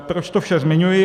Proč to vše zmiňuji?